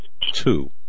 two